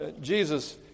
Jesus